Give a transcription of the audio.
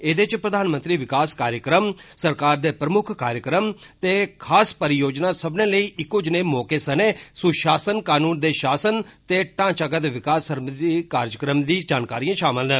एहदे च प्रधानमंत्री विकास कार्यक्रम सरकार दे प्रमुक्ख कार्यक्रम ते खास परियोजनां सब्बनें लेई इक्कों जनेह् मौके सनें सुशासन कानून दे शासन ते ढांचागत विकास सरबंधी कार्जक्रमें दी जानकारियां शामिल न